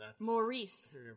Maurice